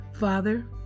Father